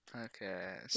Okay